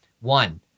One